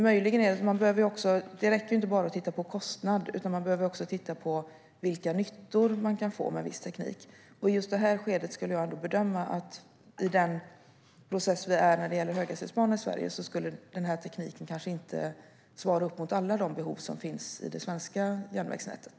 Det räcker alltså inte att bara titta på kostnad, utan man behöver också titta på vilka nyttor man kan få med viss teknik. Just i det här skedet skulle jag ändå bedöma att i den process vi är när det gäller höghastighetsbanor i Sverige skulle den här tekniken kanske inte svara upp mot alla de behov som finns i det svenska järnvägsnätet.